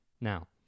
Now